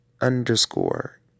underscore